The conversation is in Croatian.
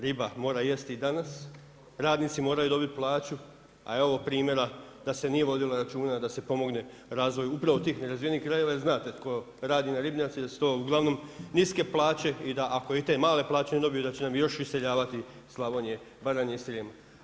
Riba moram jesti i danas, radnici moraju dobiti plaću, a evo primjera da se nije vodilo računa da se pomogne razvoju upravo tih nerazvijenih krajeva jer znate tko radi na ribnjacima da su to uglavnom niske plaće i da ako i te male plaće ne dobiju da će nam još iseljavati iz Slavonije, Baranje i Srijema.